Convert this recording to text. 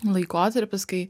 laikotarpis kai